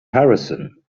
harrison